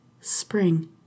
Spring